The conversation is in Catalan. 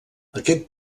aquest